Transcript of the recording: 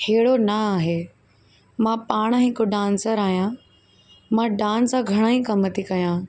अहिड़ो न आहे मां पाण हिकु डांसर आहियां मां डांस सां घणेई कम थी कयां